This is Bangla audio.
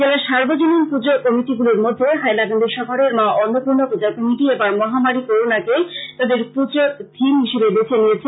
জেলার সার্বজনীন পুজো কমিটিগুলোর মধ্যে হাইলাকান্দি শহরের মা অন্নপূর্ণা পুজা কমিটি এবার মহামারী করোনাকে তাদের পুজোর থিম হিসেবে বেছে নিয়েছে